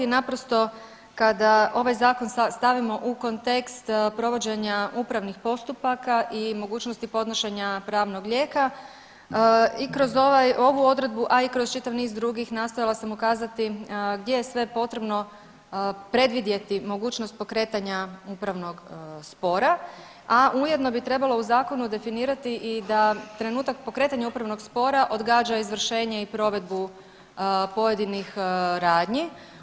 Naprosto kada ovaj zakon stavimo u kontekst provođenja upravnih postupaka i mogućnosti podnošenja pravnog lijeka i kroz ovaj, ovu odredbu, a i kroz čitav niz drugih nastojala sam ukazati gdje je sve potrebno predvidjeti mogućnost pokretanja upravnog spora, a ujedno bi trebalo u zakonu definirati i da trenutak pokretanja upravnog spora odgađa izvršenje i provedbu pojedinih radnji.